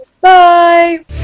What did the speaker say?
Bye